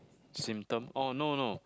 symptom oh no no